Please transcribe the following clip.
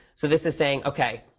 so this is saying, ok,